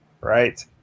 right